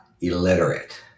illiterate